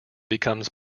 becomes